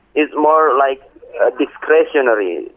it's more like discretionary.